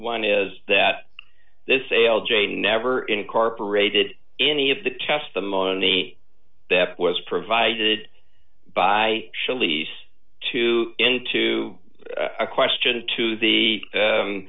one is that this sale jay never incorporated any of the testimony that was provided by shirley's two into a question to the